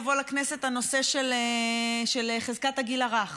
יבוא לכנסת הנושא של חזקת הגיל הרך.